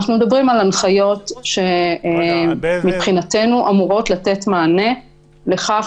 אנחנו מדברים על הנחיות שמבחינתנו אמורות לתת מענה לכך